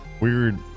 Weird